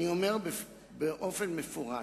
אני אומר באופן מפורש: